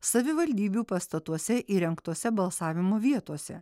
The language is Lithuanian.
savivaldybių pastatuose įrengtuose balsavimo vietose